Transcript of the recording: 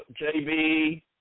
JB